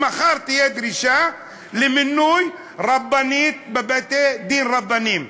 שמחר תהיה דרישה למינוי רבנית בבתי-דין רבניים.